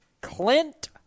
Clint